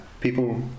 people